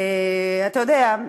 אתה יודע,